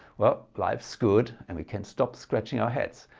well life's good and we can stop scratching our heads.